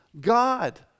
God